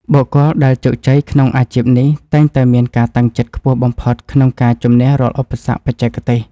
បុគ្គលដែលជោគជ័យក្នុងអាជីពនេះតែងតែមានការតាំងចិត្តខ្ពស់បំផុតក្នុងការជម្នះរាល់ឧបសគ្គបច្ចេកទេស។